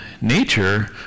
nature